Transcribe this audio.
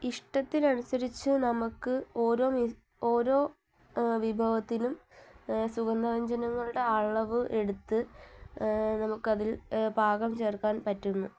ഇഷ്ടത്തിനനുസരിച്ച് നമുക്ക് ഓരോ ഓരോ വിഭവത്തിനും സുഗന്ധവ്യഞ്ജനങ്ങളുടെ അളവ് എടുത്ത് നമുക്കതിൽ പാകം ചേർക്കാൻ പറ്റുന്നു